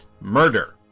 murder